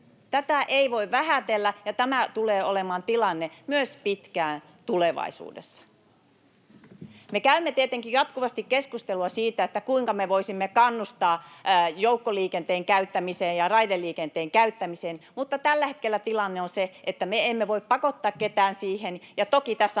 Tätä ei voi vähätellä, ja tämä tulee olemaan tilanne myös pitkään tulevaisuudessa. Me käymme tietenkin jatkuvasti keskustelua siitä, kuinka me voisimme kannustaa joukkoliikenteen käyttämiseen ja raideliikenteen käyttämiseen, mutta tällä hetkellä tilanne on se, että me emme voi pakottaa niihin ketään. Ja toki tässä on